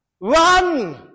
Run